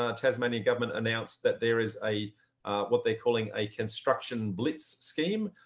ah tasmanian government announced that there is a what they calling a construction blitz scheme.